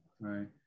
Right